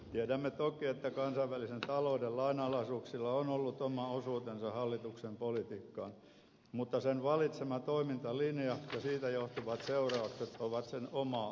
tiedämme toki että kansainvälisen talouden lainalaisuuksilla on ollut oma osuutensa hallituksen politiikkaan mutta hallituksen valitsema toimintalinja ja siitä johtuvat seuraukset ovat sen omaa aikaansaannosta